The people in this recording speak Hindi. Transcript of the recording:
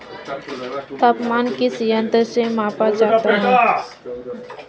तापमान किस यंत्र से मापा जाता है?